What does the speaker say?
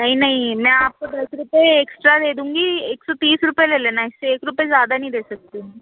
नहीं नहीं मैं आपको दस रुपये एक्स्ट्रा दे दूँगी एक सौ तीस रुपये ले लेना इससे एक रुपये ज़्यादा नहीं दे सकती